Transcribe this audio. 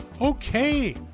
Okay